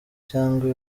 cyangwa